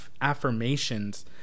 affirmations